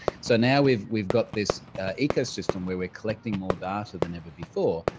so now we've we've got this ecosystem where we're collecting more data than ever before.